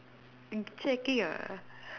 checking ah